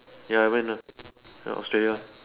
ya I went uh Australia